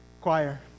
Choir